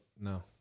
no